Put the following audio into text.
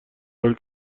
حالی